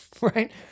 right